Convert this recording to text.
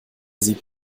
sieht